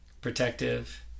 protective